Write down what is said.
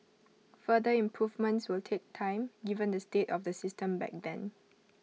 further improvements will take time given the state of the system back then